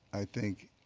i think,